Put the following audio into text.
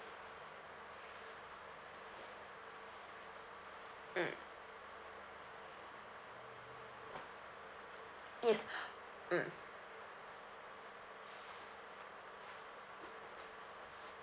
mm yes mm